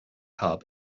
hub